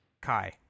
kai